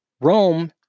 Rome